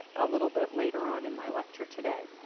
a little bit later on in my lecture today.